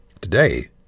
today